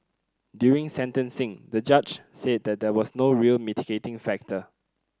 during sentencing the judge said that there was no real mitigating factor